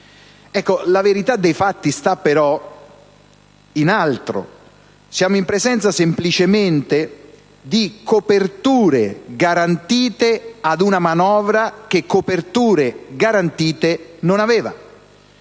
La verità dei fatti sta però in altro: siamo in presenza semplicemente di coperture garantite ad una manovra che coperture